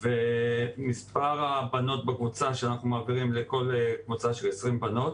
מספר הבנות בקבוצה שאנחנו מעבירים הוא 20 בנות.